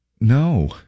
No